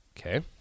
Okay